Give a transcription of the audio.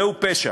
זהו פשע.